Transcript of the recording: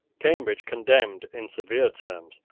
cambridge condemned, in severe terms,